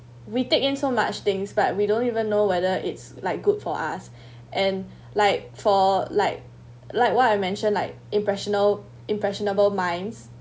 we take in so much things but we don't even know whether it's like good for us and like for like like what I mentioned like impressional~ impressionable minds